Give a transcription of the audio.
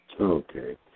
Okay